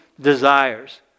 desires